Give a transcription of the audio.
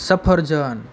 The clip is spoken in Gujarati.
સફરજન